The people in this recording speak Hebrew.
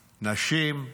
נשים,